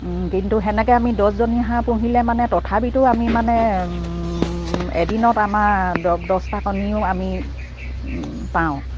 কিন্তু সেনেকে আমি দছজনী হাঁহ পুহিলে মানে তথাপিতো আমি মানে এদিনত আমাৰ দছটা কণীও আমি পাওঁ